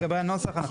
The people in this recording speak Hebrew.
לגבי הנוסח,